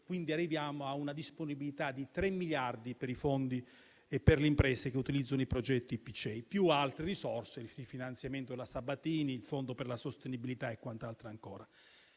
arrivando a una disponibilità di 3 miliardi per i fondi e per le imprese che utilizzano i progetti IPCEI; più altre risorse come il finanziamento della Sabatini e il Fondo per la sostenibilità. In totale,